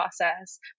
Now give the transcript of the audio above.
process